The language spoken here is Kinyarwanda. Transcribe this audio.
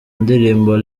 ndirimbo